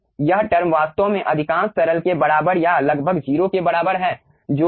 यह टर्म वास्तव में अधिकांश तरल के बराबर या लगभग 0 के बराबर है